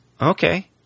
Okay